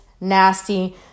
nasty